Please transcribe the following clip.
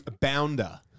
Bounder